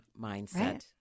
mindset